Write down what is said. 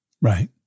Right